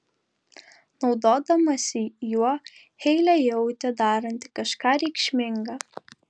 naudodamasi juo heilė jautė daranti kažką reikšminga